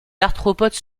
arthropodes